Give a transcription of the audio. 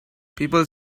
people